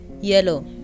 yellow